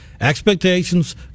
expectations